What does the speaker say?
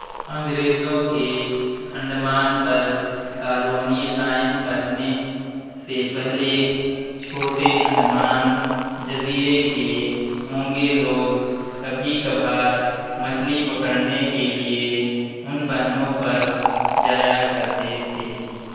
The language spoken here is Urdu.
انگریزوں کے انڈمان پر کالونی قائم کرنے سے پہلے چھوٹے انڈمان جزیرے کے اونگے لوگ کبھی کبھار مچھلی پکڑنے کے لیے ان بہنوں پر جایا کرتے تھے